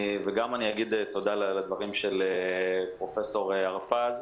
אגיד גם תודה לדברים של פרופ' הרפז,